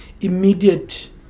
immediate